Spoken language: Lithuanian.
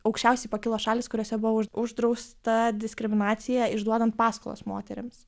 aukščiausiai pakilo šalys kuriose buvo uždrausta diskriminacija išduodant paskolas moterims